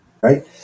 right